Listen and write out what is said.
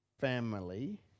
family